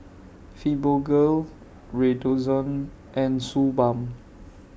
Fibogel Redoxon and Suu Balm